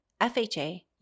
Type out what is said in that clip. FHA